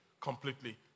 completely